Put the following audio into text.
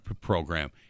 program